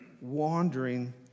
wandering